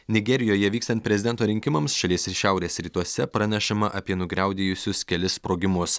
nigerijoje vykstant prezidento rinkimams šalies šiaurės rytuose pranešama apie nugriaudėjusius kelis sprogimus